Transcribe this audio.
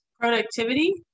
Productivity